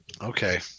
Okay